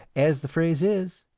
as the phrase is,